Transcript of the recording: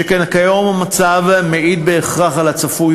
שכן המצב כיום אינו מעיד בהכרח על הצפוי